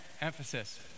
emphasis